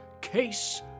Case